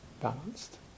balanced